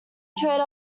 trade